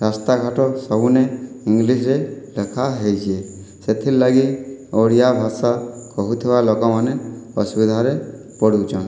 ରାସ୍ତାଘାଟ ସବୁନେ ଇଂଲିଶ୍ରେ ଲେଖା ହେଇଛି ସେଥିର୍ଲାଗି ଓଡ଼ିଆ ଭାଷା କହୁଥିବା ଲୋକମାନେ ଅସୁବିଧାରେ ପଡ଼ୁଚନ୍